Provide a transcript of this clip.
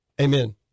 Amen